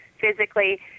physically